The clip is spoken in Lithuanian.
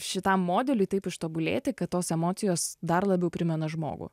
šitam modeliui taip ištobulėti kad tos emocijos dar labiau primena žmogų